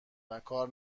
وکار